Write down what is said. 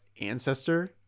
ancestor